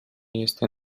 este